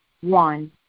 one